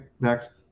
next